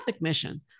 mission